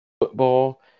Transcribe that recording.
football